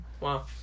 Wow